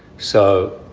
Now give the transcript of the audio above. so,